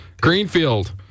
Greenfield